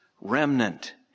remnant